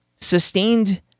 sustained